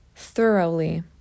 Thoroughly